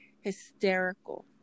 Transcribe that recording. hysterical